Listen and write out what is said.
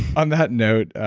on that note,